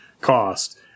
cost